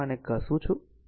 તેથી હું આને ઘસું છું